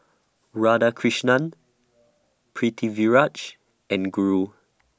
Radhakrishnan Pritiviraj and Guru